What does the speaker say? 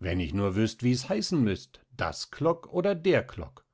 wenn ich nur wüst wie's heißen müst das klock oder der klock